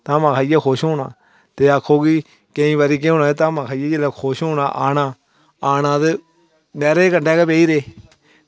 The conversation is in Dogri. धामां खाइयै खुश होना ते आक्खो कि केईं बारी केह् होना कि धामां खाइयै जिसलै खुश होना आना ते नैह्रे कंढै गै बेही रेह्